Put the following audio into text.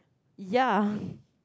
ya